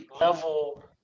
level